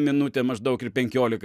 minutė maždaug ir penkiolika